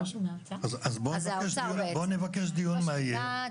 אז הוא נבקש דיון מהיר.